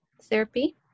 therapy